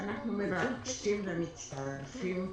אנחנו מבקשים ומצטרפים,